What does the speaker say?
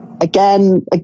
again